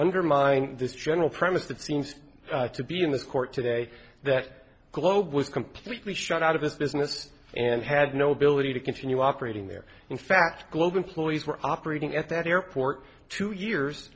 undermine this general premise that seems to be in this court today that globe was completely shut out of this business and had no ability to continue operating there in fact globe employees were operating at that airport two years